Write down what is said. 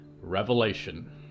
Revelation